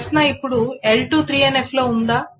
ప్రశ్న ఇప్పుడు L2 3NF లో ఉందా